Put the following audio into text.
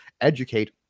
educate